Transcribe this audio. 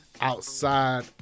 outside